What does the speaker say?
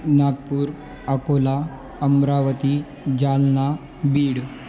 Nagpur Akola Amravati Jalna बीडु